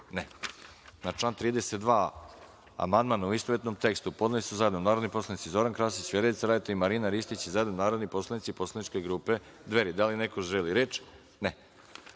(Ne)Na član 32. amandman, u istovetnom tekstu, podneli su zajedno narodni poslanici Zoran Krasić, Vjerica Radeta i Marina Ristić, i zajedno narodni poslanici Poslaničke grupe Dveri. Da li neko želi reč?